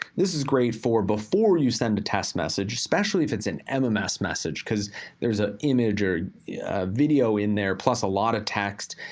this is great for before you send a test message especially if it's in mms message message because there's an image, or a video in there, plus a lot of text.